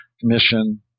commission